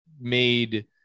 made